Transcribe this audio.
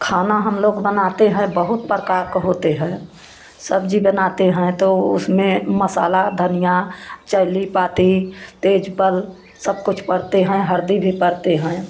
खाना हम लोग बनाते हैं बहुत प्रकार का होते है सब्जी बनाते हैं तो उसमें मसाला धनिया चैली पाती तेजपल सब कुछ पड़ते हैं हल्दी भी पड़ते हैं